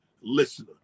listener